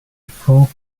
full